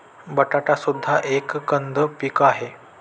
बटाटा सुद्धा एक कंद पीक आहे